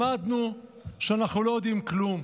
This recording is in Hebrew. למדנו שאנחנו לא יודעים כלום.